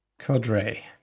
Codre